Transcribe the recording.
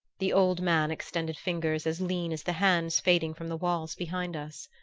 the old man extended fingers as lean as the hands fading from the walls behind us.